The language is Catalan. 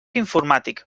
informàtic